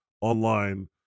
online